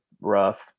rough